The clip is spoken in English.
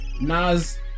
Nas